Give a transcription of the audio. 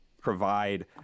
provide